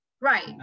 right